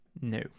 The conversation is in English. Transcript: no